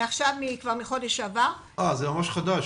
כבר מחודש שעבר --- אה, זה ממש חדש.